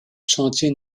chantier